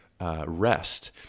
rest